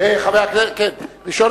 ראשון